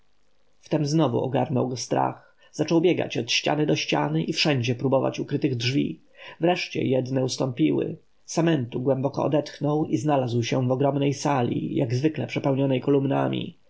wtem znowu ogarnął go strach zaczął biegać od ściany do ściany i wszędzie próbować ukrytych drzwi wreszcie jedne ustąpiły samentu głęboko odetchnął i znalazł się w ogromnej sali jak zwykle przepełnionej kolumnami